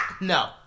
No